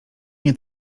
nie